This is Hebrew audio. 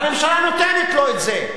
והממשלה נותנת להם את זה.